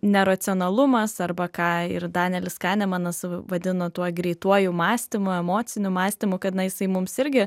neracionalumas arba ką ir danielis kanemanas vadina tuo greituoju mąstymu emociniu mąstymu kad na jisai mums irgi